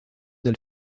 del